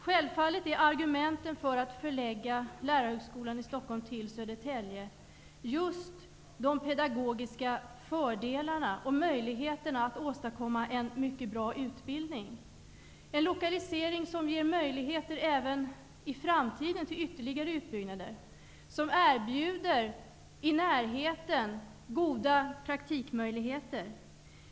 Självfallet är argumenten för att förlägga Lärarhögskolan i Stockholm till Södertälje just de pedagogiska fördelarna och möjligheterna att åstadkomma en mycket bra utbildning. Det är en lokalisering som ger möjligheter även i framtiden till ytterligare utbyggnader, som i närheten erbjuder goda praktikmöjligheter.